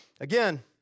Again